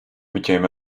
became